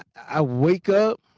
i wake up,